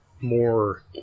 more